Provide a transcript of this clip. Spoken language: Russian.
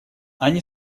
они